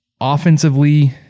Offensively